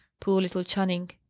poor little channing!